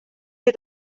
wir